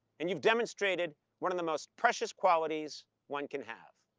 and you've demonstrated one of the most precious qualities one can have.